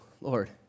Lord